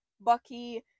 Bucky